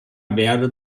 verde